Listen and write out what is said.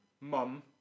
mum